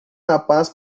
rapaz